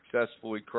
successfully